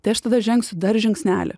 tai aš tada žengsiu dar žingsnelį